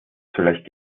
vielleicht